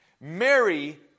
Mary